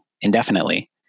indefinitely